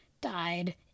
died